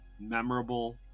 memorable